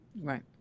Right